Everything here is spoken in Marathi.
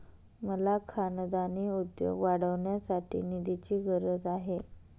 मला खानदानी उद्योग वाढवण्यासाठी निधीची गरज आहे